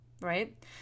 Right